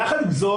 יחד עם זאת,